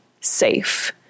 safe